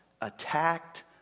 attacked